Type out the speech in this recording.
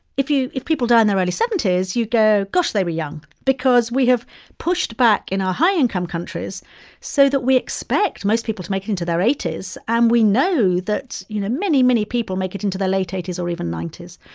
if you if people die in their early seventy s, you go, gosh, they were young because we have pushed back in our high-income countries so that we expect most people to make it into their eighty s. and we know that, you know, many, many people make it into their late eighty s or even ninety s.